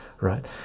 right